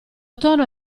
tono